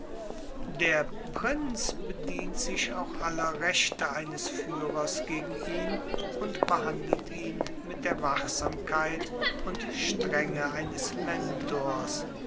der prinz bedient sich auch aller rechte eines führers gegen ihn und behandelt ihn mit der wachsamkeit und strenge eines mentors